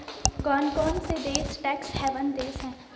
कौन कौन से देश टैक्स हेवन देश हैं?